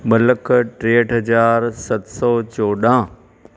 ॿ लख टेहठि हज़ार सत सौ चोॾहं